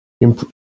improve